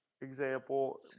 example